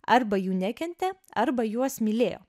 arba jų nekentė arba juos mylėjo